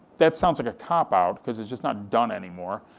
that sounds like a cop out, cause it's just not done anymore,